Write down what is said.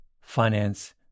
finance